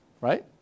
Right